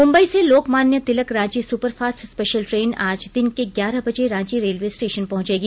मुंबई से Lokmanya Tilak Ranchi super fast special train आज दिन के ग्यारह बजे रांची रेलवे स्टेशन पहचेंगी